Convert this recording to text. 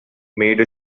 made